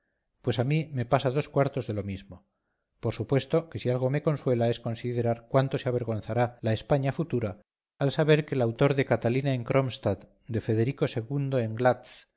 pues a mí me pasa dos cuartos de lo mismo por supuesto que si algo me consuela es considerar cuánto se avergonzará la españa futura al saber que el autor de catalina en cromstad de federico ii en glatz